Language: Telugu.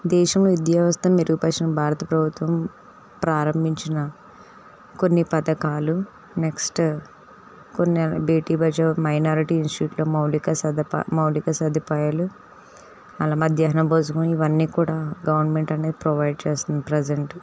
దేశంలో విద్యా వ్యవస్థ మెరుగుపరచడంలో భారత ప్రభుత్వం ప్రారంభించిన కొన్ని పథకాలు నెక్స్ట్ కొన్ని బేటీ బచావో మైనారిటీ ఇన్స్టిట్యూట్లో మౌలిక సదు సదుపాయాలు అలా మధ్యాహ్నం భోజనం ఇవన్నీ కూడా గవర్నమెంట్ అనేది ప్రొవైడ్ చేస్తుంది ప్రెసెంట్